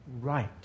right